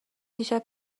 دیشب